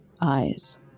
eyes